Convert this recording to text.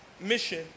mission